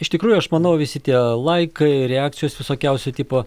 iš tikrųjų aš manau visi tie laikai reakcijos visokiausio tipo